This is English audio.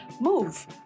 move